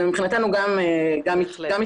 וזה מבחינתו גם מתכמת.